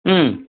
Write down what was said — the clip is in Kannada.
ಹ್ಞೂ